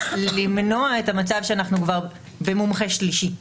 למנוע את המצב שאנחנו כבר במומחה שלישי.